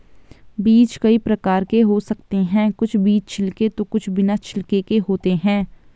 बीज कई प्रकार के हो सकते हैं कुछ बीज छिलके तो कुछ बिना छिलके के होते हैं